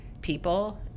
people